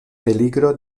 peligro